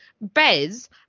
Bez